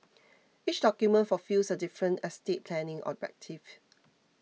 each document fulfils a different estate planning objective